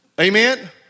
Amen